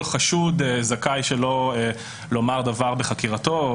שכל חשוד זכאי שלא לומר דבר בחקירתו,